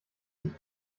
dich